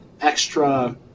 extra